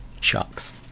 Sharks